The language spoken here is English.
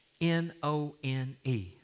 N-O-N-E